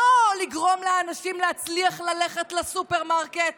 לא לגרום לאנשים להצליח ללכת לסופרמרקט